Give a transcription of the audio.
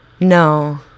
No